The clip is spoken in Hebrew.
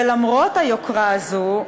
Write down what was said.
ולמרות היוקרה הזו,